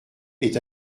est